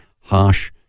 harsh